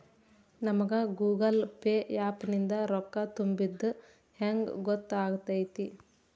ನಮಗ Google Pay app ನಿಂದ ರೊಕ್ಕಾ ತುಂಬಿದ್ದ ಹೆಂಗ್ ಗೊತ್ತ್ ಆಗತೈತಿ?